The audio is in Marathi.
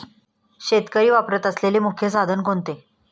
शेतकरी वापरत असलेले मुख्य साधन कोणते?